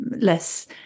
less